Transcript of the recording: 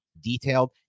detailed